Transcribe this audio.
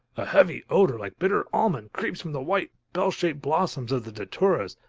a heavy odor, like bitter almond, creeps from the white bell-shaped blossoms of the daturas,